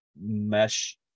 mesh